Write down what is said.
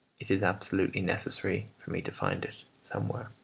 it is absolutely necessary for me to find it somewhere.